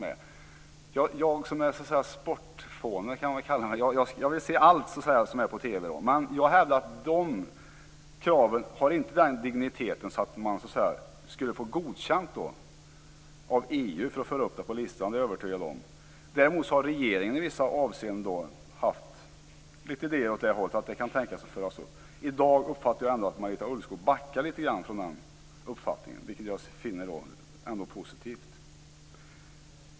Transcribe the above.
Jag kallar mig själv för sportfåne, och jag vill se allt som sänds på TV. Men jag hävdar att Centerns krav inte har den dignitet att de skulle bli godkända av EU att föras upp på listan, det är jag övertygad om. Däremot har regeringen haft några idéer åt det hållet, att man tänka sig att föra upp evenemang av den typen. I dag uppfattade jag ändå att Marita Ulvskog backade lite grann från den uppfattningen, vilket jag finner positivt.